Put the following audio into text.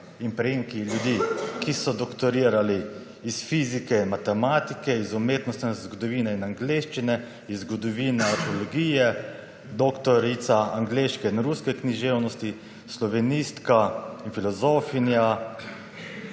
in priimki ljudi, ki so doktorirali iz fizike, matematike, iz umetnostne zgodovine in angleščine, iz zgodovine / nerazumljivo/, doktorica angleške in ruske književnosti, slovenistka in filozofinja,